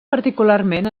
particularment